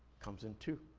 comes in two.